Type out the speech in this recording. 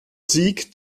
sieg